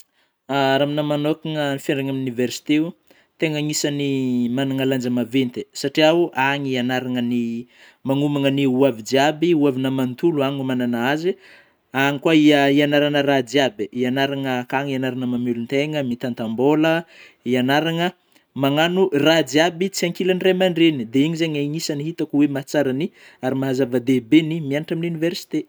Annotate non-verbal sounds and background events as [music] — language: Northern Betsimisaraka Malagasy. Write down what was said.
[hesitation] Raha aminahy manôkana ny fiagnarana amin'ny oniversite tena agnisany manana lanja maventy; satriao agny hiagnarana ny manomagnagna ny ho avy jiaby, ho avinao manontolo, any anomanana azy any koa hia-hiagnarana raha jiaby hiagnarana, akany hiagnarana mamelon-tegna, mitantam-bola, hiagnarana magnano raha jiaby tsy hankilan-dray aman-dreny ,dia iny zany itako hoe mahatsara ny ary mahazava-dehibe ny mianatra amin'ny oniversite